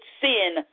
sin